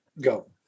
go